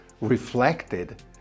reflected